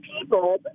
people